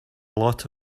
lot